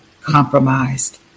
compromised